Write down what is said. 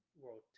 World